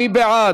מי בעד?